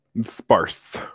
Sparse